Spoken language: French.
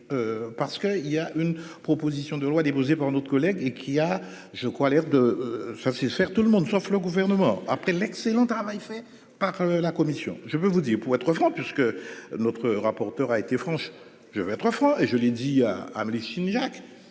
Parce que il y a une proposition de loi déposée par notre collègue et qui a je crois l'air de ça, c'est de faire tout le monde sauf le gouvernement après l'excellent travail fait par la commission, je peux vous dire, pour être franc, parce que notre rapporteur a été franche je vais être franc et je l'ai dit à Amélie Signac.